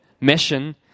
mission